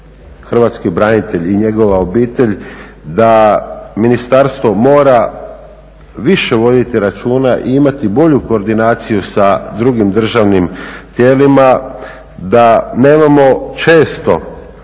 hrvatski branitelj i njegova obitelj da ministarstvo mora više voditi računa i imati bolju koordinaciju sa drugim državnim tijelima, da nemamo često